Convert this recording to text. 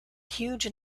huge